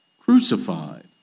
crucified